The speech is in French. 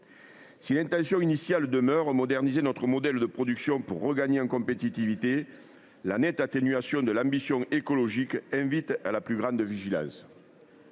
Si l’intention initiale – moderniser notre modèle de production pour regagner en compétitivité – demeure, la nette atténuation de l’ambition écologique invite à la plus grande vigilance.